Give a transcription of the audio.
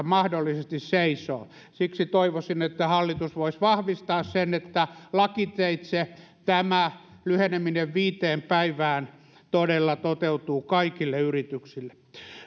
mahdollisesti seisoo siksi toivoisin että hallitus voisi vahvistaa sen että lakiteitse tämä lyheneminen viiteen päivään todella toteutuu kaikille yrityksille